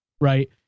right